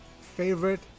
Favorite